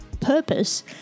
purpose